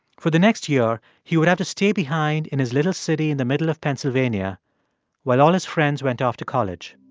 for the next year, he would have to stay behind in his little city in the middle of pennsylvania while all his friends went off to college